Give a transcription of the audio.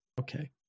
Okay